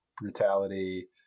brutality